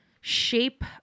shape